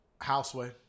Houseway